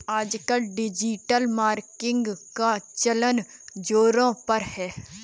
आजकल digital marketing का चलन ज़ोरों पर है